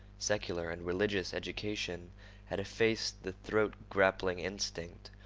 secular and religious education had effaced the throat-grappling instinct,